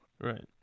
Right